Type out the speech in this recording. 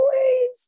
Please